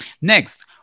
Next